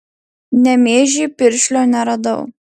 nemėžy piršlio neradau